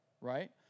right